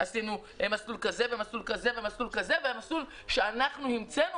עשינו מסלול כזה ומסלול כזה ומסלול שאנחנו המצאנו